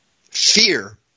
fear